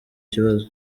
kibazo